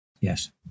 Yes